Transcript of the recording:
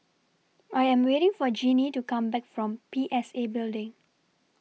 I Am waiting For Genie to Come Back from P S A Building